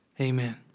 Amen